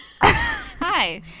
Hi